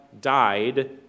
died